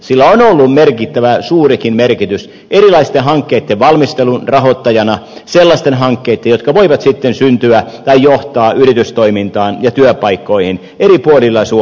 sillä on ollut merkittävä suurikin merkitys erilaisten hankkeitten valmistelun rahoittajana sellaisten hankkeitten jotka voivat sitten syntyä tai johtaa yritystoimintaan ja työpaikkoihin eri puolilla suomea